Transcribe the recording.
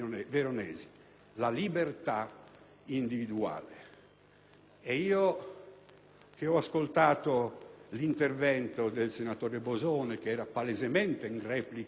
Ho ascoltato l'intervento del senatore Bosone, che era palesemente in replica e di critica a quello del senatore Veronesi, e dico che vi sbagliate anche su questo punto.